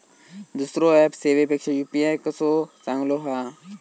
दुसरो ऍप सेवेपेक्षा यू.पी.आय कसो चांगलो हा?